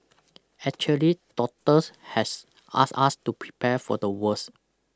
actually doctors has asked us to prepare for the worst